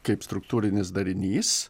kaip struktūrinis darinys